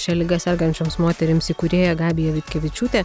šia liga sergančioms moterims įkūrėja gabija vitkevičiūte